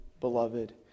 beloved